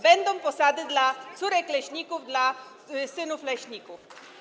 Będą posady dla córek leśników, dla synów leśników.